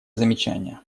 замечание